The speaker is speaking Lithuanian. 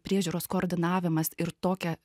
priežiūros koordinavimas ir tokią